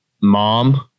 mom